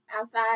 outside